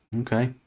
Okay